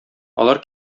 алар